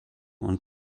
und